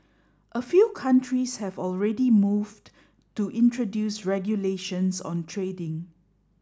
a few countries have already moved to introduce regulations on trading